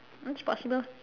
it's possible